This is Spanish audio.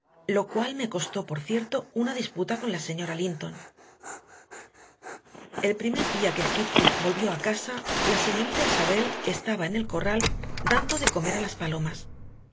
lo cual me costó por cierto una disputa con la señora linton el primer día que heathcliff volvió a casa la señorita isabel estaba en el corral dando de comer a las palomas